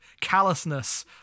callousness